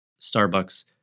Starbucks